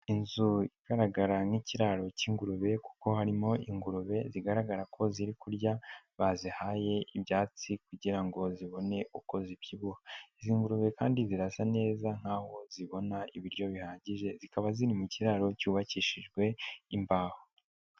Inzu igaragara nk'ikiraro k'ingurube kuko harimo ingurube zigaragara ko zirimo kurya, bazihaye ibyatsi kugira ngo zibone uko zibyibuha. Izi ngurube kandi zirasa neza nk'aho zibona ibiryo bihagije, zikaba ziri mu kiraro cyubakishijwe imbaho.